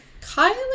kylie